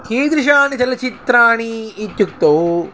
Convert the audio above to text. कीदृशाणि चलचित्राणि इत्युक्ते